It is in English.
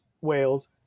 whales